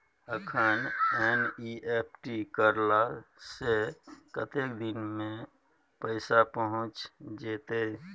अखन एन.ई.एफ.टी करला से कतेक दिन में पैसा पहुँच जेतै?